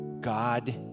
God